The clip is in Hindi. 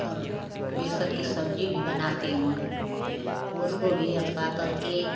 और बेसन की सब्ज़ी भी बनाती हूँ उसको भी अथवा करके